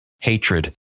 hatred